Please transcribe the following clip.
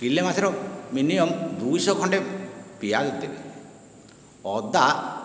kilo ମାଂସରେ minimum ଦୁଇ ଶହ ଖଣ୍ଡେ ପିଆଜ ଦେବେ ଅଦା